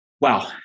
Wow